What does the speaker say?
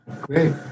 Great